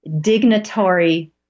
dignitary